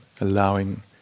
allowing